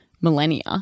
millennia